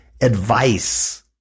advice